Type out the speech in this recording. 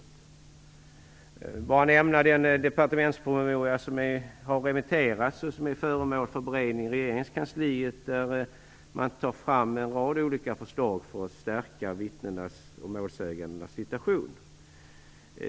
Jag vill bara nämna den departementspromemoria som har remitterats och som är föremål för beredning i regeringskansliet. Man för där fram en rad olika förslag för att stärka vittnenas och målsägandenas situation.